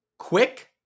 quick